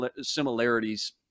similarities